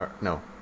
No